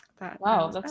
wow